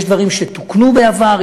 יש דברים שתוקנו בעבר,